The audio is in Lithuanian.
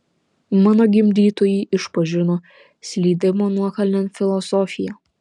mano gimdytojai išpažino slydimo nuokalnėn filosofiją